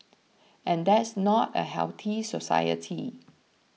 and that's not a healthy society